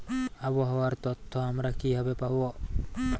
আবহাওয়ার তথ্য আমরা কিভাবে পাব?